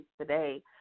today